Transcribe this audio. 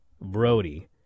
Brody